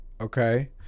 okay